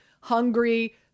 hungry